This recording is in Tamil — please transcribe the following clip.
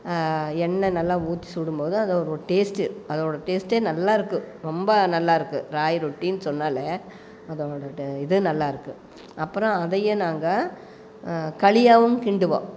எண்ணெய் நல்லா ஊற்றி சுடும் போது அதோட டேஸ்ட்டு அதோட டேஸ்ட்டே நல்லாயிருக்கு ரொம்ப நல்லாயிருக்கு ராகி ரொட்டினு சொன்னால் அதோட இது நல்லாயிருக்கு அப்புறம் அதையும் நாங்கள் களியாகவும் கிண்டுவோம்